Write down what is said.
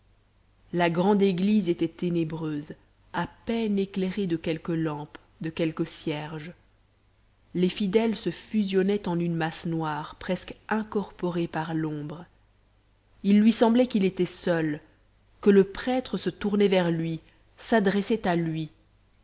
la grande église était ténébreuse à peine éclairée de quelques lampes de quelques cierges les fidèles se fusionnaient en une masse noire presque incorporée par l'ombre il lui semblait qu'il était seul que le prêtre se tournait vers lui s'adressait à lui